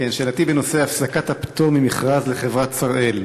שאלתי היא בנושא הפסקת הפטור ממכרז לחברת "שראל".